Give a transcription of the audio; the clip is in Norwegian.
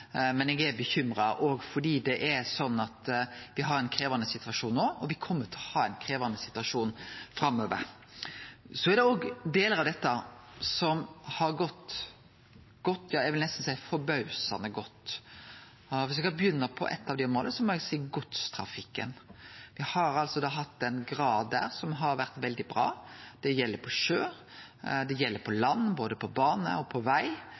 men eg er bekymra fordi me har ein krevjande situasjon no, og me kjem til å ha ein krevjande situasjon framover. Så er det delar av dette som har gått godt, ja, eg vil nesten seie forbausande godt. Viss eg skal begynne med eitt av dei områda, må eg seie godstrafikken. Ein har hatt ein grad der som har vore veldig bra, det gjeld på sjø, det gjeld på land, både bane og veg – me har opplevd at varene har kome fram på